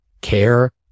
care